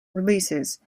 releases